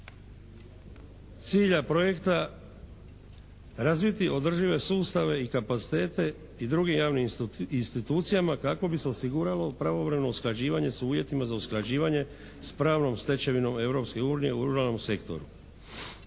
cilja projekta razviti održive sustave i kapacitete i drugim javnim institucijama kako bi se osiguralo pravovremeno usklađivanje s uvjetima za usklađivanje s pravnom stečevinom Europske unije u ruralnom sektoru.